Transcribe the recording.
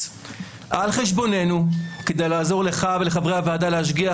על חשבוננו כדי לעזור לך ולחברי הוועדה להשגיח